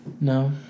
No